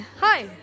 Hi